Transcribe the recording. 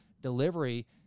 delivery